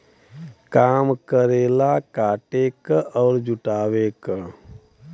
काम करेला काटे क अउर जुटावे क